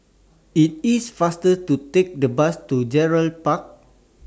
IT IS faster to Take The Bus to Gerald Park